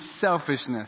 selfishness